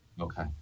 Okay